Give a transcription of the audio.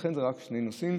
ולכן זה רק שני נוסעים.